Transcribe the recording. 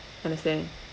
understand